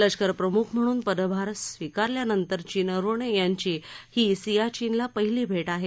लष्कर प्रमुख म्हणून पदभार स्वीकारल्या नंतरची नरवणे यांची ही सीयाचीनला पहीली भेट आहे